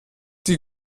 die